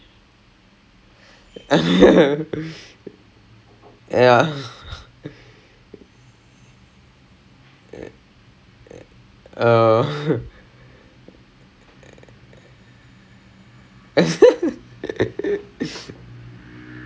he's like what are you doing I was like uh then he was like you do realise you're like coming back from injury right like I know you are like healed and everything but please calm down then I was like I was like I'm sorry I don't know no அது:athu is ah